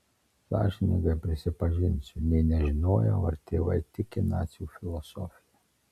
sąžiningai prisipažinsiu nė nežinojau ar tėvai tiki nacių filosofija